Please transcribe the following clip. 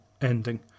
ending